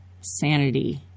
sanity